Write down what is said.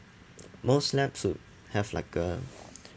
most labs would have like a